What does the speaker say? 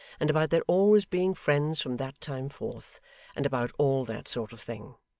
and about their always being friends from that time forth and about all that sort of thing.